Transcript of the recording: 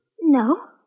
No